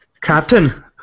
Captain